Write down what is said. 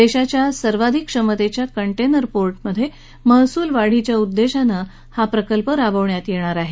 देशाच्या या सर्वाधिक क्षमतेच्या कंटेनर पोर्टमधे महसुलात वाढीच्या उद्देशाने हा प्रकल्प राबवण्यात येत आहे